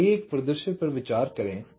तो आइए एक परिदृश्य पर विचार करें